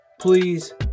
please